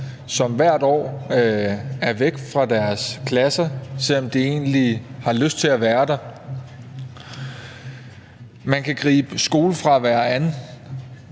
som hvert år er væk fra deres klasser, selv om de egentlig har lyst til at være der. Man kan gribe skolefravær an